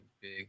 big